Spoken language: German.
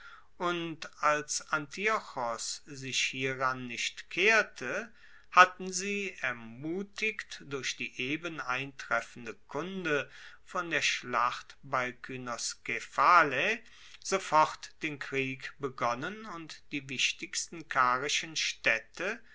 und als antiochos sich hieran nicht kehrte hatten sie ermutigt durch die eben eintreffende kunde von der schlacht bei kynoskephalae sofort den krieg begonnen und die wichtigsten karischen staedte